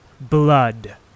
Blood